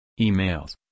Emails